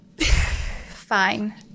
Fine